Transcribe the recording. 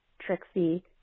Trixie